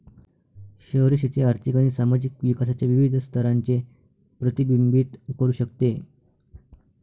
शहरी शेती आर्थिक आणि सामाजिक विकासाच्या विविध स्तरांचे प्रतिबिंबित करू शकते